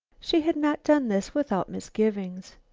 she had not done this without misgivings.